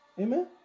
Amen